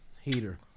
Heater